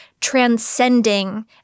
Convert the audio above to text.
transcending